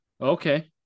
Okay